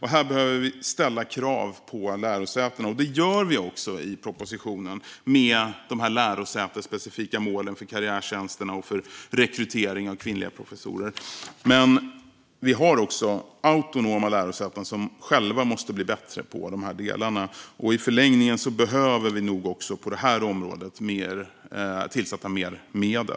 Här behöver vi ställa krav på lärosätena, och det gör vi i propositionen i form av lärosätesspecifika mål för karriärtjänster och för rekrytering av kvinnliga professorer. Vi har dock autonoma lärosäten som själva måste bli bättre på de här delarna, och i förlängningen behöver vi nog också avsätta mer medel till det här området.